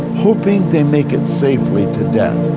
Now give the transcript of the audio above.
hoping they make it safely to death.